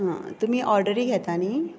हं तुमी ऑडरी घेतात न्ही